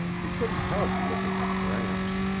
he couldn't help looking at gramps.